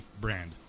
brand